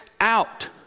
out